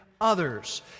others